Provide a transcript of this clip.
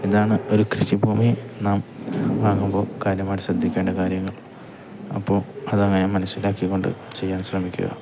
ഇതാണ് ഒരു കൃഷിഭൂമി നാം വാങ്ങുമ്പോൾ കാര്യമായിട്ട് ശ്രദ്ധിക്കേണ്ട കാര്യങ്ങൾ അപ്പോൾ അതങ്ങനെ മനസ്സിലാക്കിക്കൊണ്ട് ചെയ്യാൻ ശ്രമിക്കുക